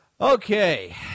Okay